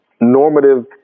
normative